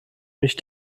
mich